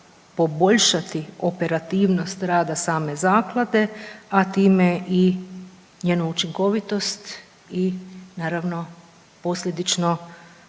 poboljšati operativnost rada same zaklade, a time i njenu učinkovitost i naravno posljedično i učinkovito